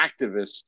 activists